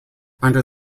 under